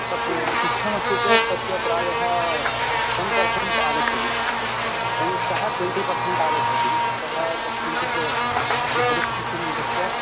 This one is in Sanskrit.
तत् सुस्थमस्ति चेत् तस्य प्रायः टेन् पर्सेण्ट् आगच्छति टेन् तः ट्वेण्टि पर्सेण्ट् आगच्छति अतः तत् किञ्चित् तस्य परिस्थितिं दृष्ट्वा